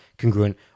congruent